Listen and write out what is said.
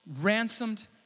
ransomed